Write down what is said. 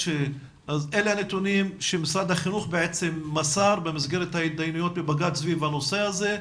אלה הנתונים שמשרד החינוך מסר במסגרת ההתדיינויות בבג"צ סביב הנושא הזה.